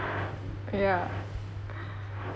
ya